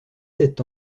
sept